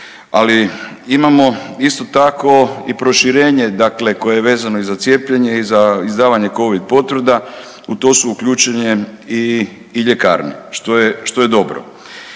Ali imamo isto tako i proširenje dakle koje je vezano i za cijepljenje i za izdavanje Covid potvrda u to su uključene i ljekarne što je dobro.